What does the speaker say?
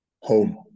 Home